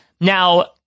Now